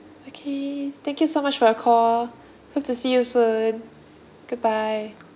okay thank you so much for your call hope to see you soon goodbye